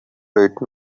right